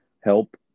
help